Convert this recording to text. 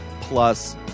plus